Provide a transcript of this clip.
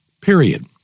Period